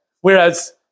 Whereas